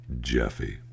Jeffy